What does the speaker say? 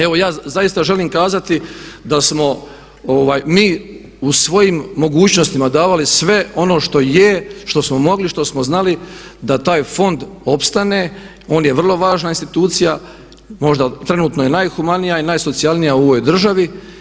Evo ja zaista želim kazati da smo mi u svojim mogućnostima davali sve ono što je, što smo mogli, što smo znali da taj fond opstane, on je vrlo važna institucija, možda trenutno je najhumanija i najsocijalnija u ovoj državi.